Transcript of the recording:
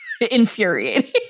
infuriating